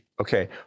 Okay